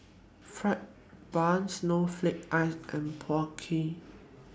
Fried Bun Snowflake Ice and Png Kueh